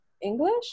English